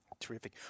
Terrific